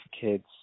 kids